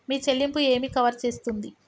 మీ చెల్లింపు ఏమి కవర్ చేస్తుంది?